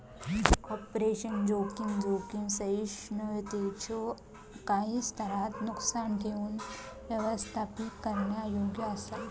operational जोखीम, जोखीम सहिष्णुतेच्यो काही स्तरांत नुकसान ठेऊक व्यवस्थापित करण्यायोग्य असा